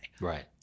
Right